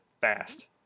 fast